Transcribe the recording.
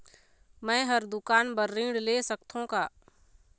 मैं हर दुकान बर ऋण ले सकथों का?